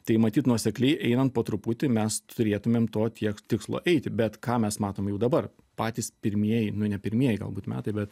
tai matyt nuosekliai einant po truputį mes turėtumėm to tiek tikslo eiti bet ką mes matom jau dabar patys pirmieji nu ne pirmieji galbūt metai bet